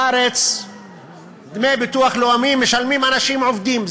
בארץ דמי ביטוח לאומי משלמים אנשים עובדים,